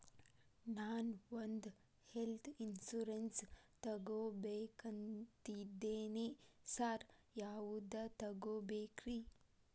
ನಾನ್ ಒಂದ್ health insurance ತಗಬೇಕಂತಿದೇನಿ sir ಯಾವದ ತಗಬೇಕ್ರಿ?